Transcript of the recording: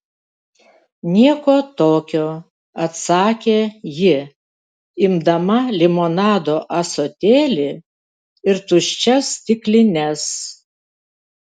nieko tokio atsakė ji imdama limonado ąsotėlį ir tuščias stiklines